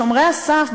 והאמת ששומרי הסף,